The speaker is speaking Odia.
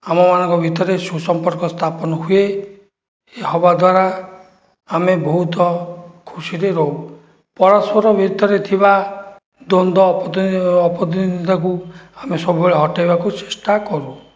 ଆମମାନଙ୍କ ଭିତରେ ସୁସମ୍ପର୍କ ସ୍ଥାପନ ହୁଏ ଇଏ ହେବା ଦ୍ୱାରା ଆମେ ବହୁତ ଖୁସିରେ ରହୁ ପରସ୍ପର ଭିତରେ ଥିବା ଦ୍ଵନ୍ଦ ଅପନ୍ଦିନ୍ଦାକୁ ଆମେ ସବୁବେଳେ ହଟାଇବାକୁ ଚେଷ୍ଟା କରୁ